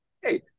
Hey